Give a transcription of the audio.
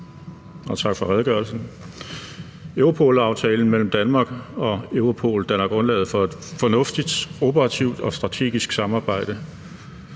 og tak for redegørelsen. Europol-aftalen mellem Danmark og Europol danner grundlag for et fornuftigt operativt og strategisk samarbejde